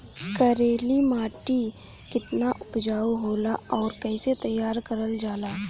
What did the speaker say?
करेली माटी कितना उपजाऊ होला और कैसे तैयार करल जाला?